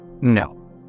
No